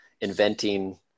inventing